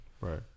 Right